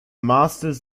masters